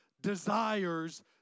desires